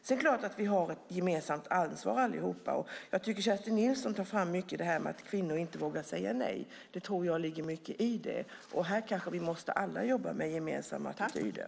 Sedan är det klart att vi allihop har ett gemensamt ansvar. Kerstin Nilsson lyfter fram detta att kvinnor inte vågar säga nej, och jag tror att det ligger mycket i det. Här kanske vi alla måste jobba med gemensamma attityder.